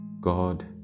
God